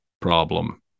problem